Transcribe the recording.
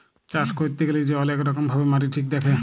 চাষ ক্যইরতে গ্যালে যে অলেক রকম ভাবে মাটি ঠিক দ্যাখে